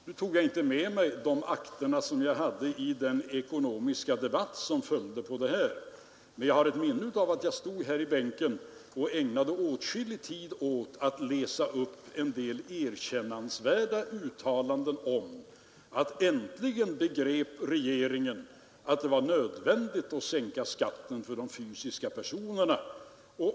Nu tog jag inte med mig de akter jag hade i den ekonomiska debatt som då följde, men jag har ett minne av att jag stod här i bänken och ägnade åtskillig tid åt att läsa upp en del erkännansvärda uttalariden om att regeringen äntligen begrep att det var nödvändigt att sänka skatten för de fysiska personerna.